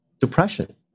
depression